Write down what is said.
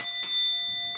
Tak.